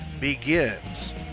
begins